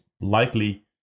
likely